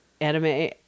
anime